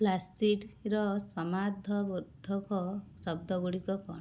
ପ୍ଲାସିଡ଼ର ସମାର୍ଥବୋଧକ ଶବ୍ଦ ଗୁଡ଼ିକ କ'ଣ